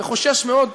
וחושש מאוד,